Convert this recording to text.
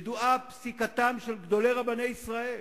ידועה פסיקתם של גדולי רבני ישראל.